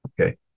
Okay